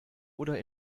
oder